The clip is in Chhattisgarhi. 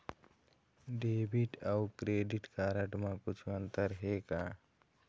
डेबिट अऊ क्रेडिट कारड म कुछू अंतर हे का?